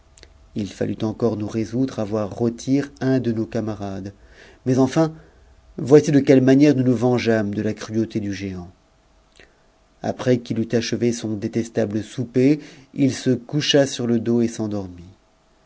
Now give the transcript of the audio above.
il fallut encore nous résoudre à voir rôtir un de nos camarades mais enfin voici de quelle manière nous nous vengeâmes de ta cruauté du géant après qu'il eut achevé son détestable souper il se coucha sur le dos et s'endormit